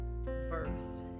verse